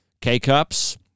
K-Cups